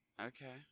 Okay